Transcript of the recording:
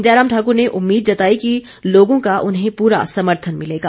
जयराम ठाकुर ने उम्मीद जताई कि लोगों का उन्हें पूरा समर्थन मिलेगा